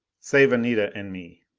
save anita and me.